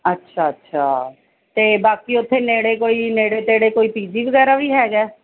ਅੱਛਾ ਅੱਛਾ ਅਤੇ ਬਾਕੀ ਉੱਥੇ ਨੇੜੇ ਕੋਈ ਨੇੜੇ ਤੇੜੇ ਕੋਈ ਪੀ ਜੀ ਵਗੈਰਾ ਵੀ ਹੈਗਾ